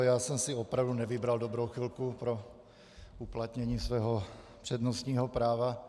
Já jsem si opravdu nevybral dobrou chvilku pro uplatnění svého přednostního práva.